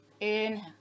Inhale